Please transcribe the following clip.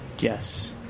Yes